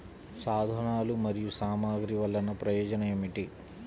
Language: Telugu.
సాధనాలు మరియు సామగ్రి వల్లన ప్రయోజనం ఏమిటీ?